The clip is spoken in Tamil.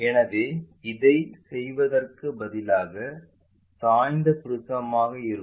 எனவே இதைச் செய்வதற்குப் பதிலாக சாய்ந்த ப்ரிஸமாக இருக்கும்